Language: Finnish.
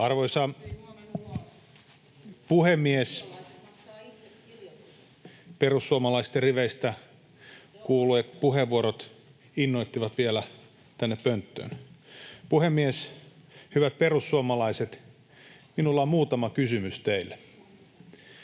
Arvoisa puhemies! Perussuomalaisten riveistä kuullut puheenvuorot innoittivat vielä tänne pönttöön. Puhemies! Hyvät perussuomalaiset, minulla on muutama kysymys teille: